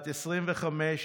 בת 25,